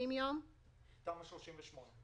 למעשה מקבל 24 חודשים למכור את דירתו הישנה.